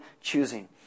choosing